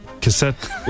cassette